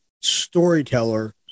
storyteller